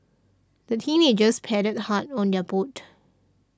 the teenagers paddled hard on their boat